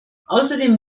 außerdem